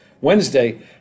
Wednesday